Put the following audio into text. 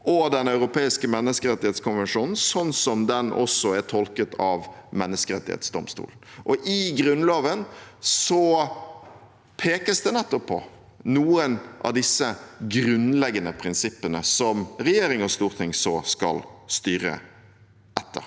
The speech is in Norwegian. og Den europeiske menneskerettskonvensjon, slik den også er tolket av Den europeiske menneskerettsdomstol. I Grunnloven pekes det nettopp på noen av disse grunnleggende prinsippene som regjering og storting så skal styre etter.